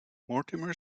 mortimer